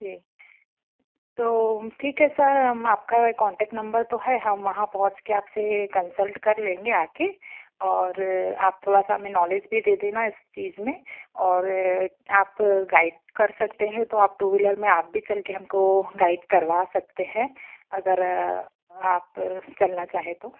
जी तो ठीक है सर हम आपका यह कॉन्टेक्ट नंबर तो है हम वहाँ पहुँच कर आप से कन्सल्ट कर लेंगे आकर और आप थोड़ा सा हमें नॉलेज़ भी दे देना इस चीज़ में और आप गाईड कर सकते हैं तो टू व्हीलर में आप भी चल कर हमको गाईड करवा सकते हैं अगर आप चलना चाहें तो